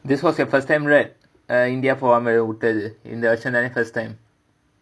this was your first time right uh india இந்த வருஷம் தானே:indha varusham thaanae first time